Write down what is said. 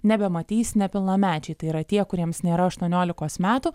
nebematys nepilnamečiai tai yra tie kuriems nėra aštuoniolikos metų